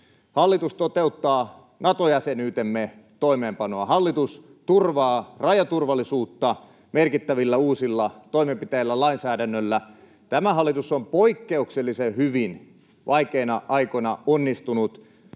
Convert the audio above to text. Hallitus toteuttaa Nato-jäsenyytemme toimeenpanoa. Hallitus turvaa rajaturvallisuutta merkittävillä uusilla toimenpiteillä, lainsäädännöllä. Tämä hallitus on poikkeuksellisen hyvin vaikeina aikoina onnistunut